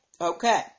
Okay